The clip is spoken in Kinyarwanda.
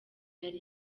yari